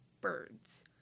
birds